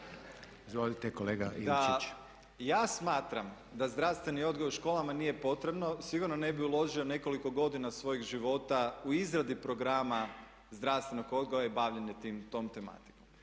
Ladislav (HRAST)** Ja smatram da zdravstveni odgoj u školama nije potrebno sigurno ne bi uložio nekoliko godina svojeg života u izradi programa zdravstvenog odgoja i bavljenjem tom tematikom.